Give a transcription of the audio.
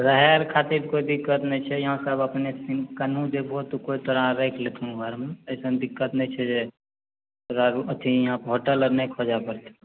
रहए आर खातिर कोइ दिक्कत नहि छै यहाँ सब अपने छथिन कनहु जेबहो तऽ केओ तोरा राखि लेथुन घरमे अइसन दिक्कत नहि छै जे रहबू अथी यहाँ होटल आर नहि खोजऽ पड़तै